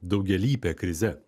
daugialype krize